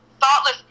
thoughtless